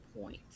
point